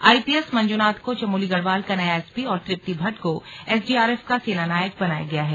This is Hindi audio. आईपीएस मंजुनाथ को चमोली गढ़वाल का नया एसपी और तृप्ति भट्ट को एसडीआरएफ का सेनानायक बनाया गया है